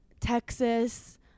Texas